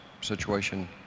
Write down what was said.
situation